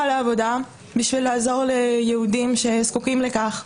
היא הלכה לעבודה בשביל לעזור ליהודים שזקוקים לכך.